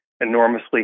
enormously